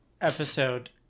episode